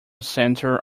center